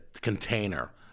container